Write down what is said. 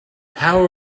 how